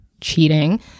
cheating